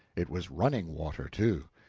it was running water, too.